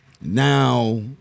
Now